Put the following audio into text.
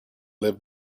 lived